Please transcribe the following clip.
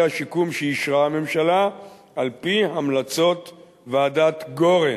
השיקום שאישרה הממשלה על-פי המלצות ועדת-גורן.